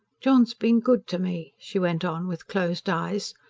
john's been good to me, she went on, with closed eyes.